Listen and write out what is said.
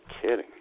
kidding